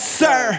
sir